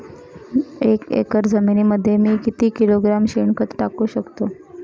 एक एकर जमिनीमध्ये मी किती किलोग्रॅम शेणखत टाकू शकतो?